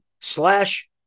slash